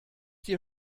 dir